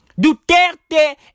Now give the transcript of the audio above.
Duterte